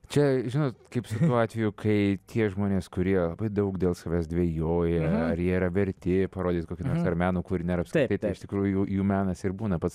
čia žinot kaip tuo atveju kai tie žmonės kurie labai daug dėl savęs dvejoja ar jie yra verti parodyt kokį nors ar meno kūrinį ar paskritai iš tikrųjų jų menas ir būna pats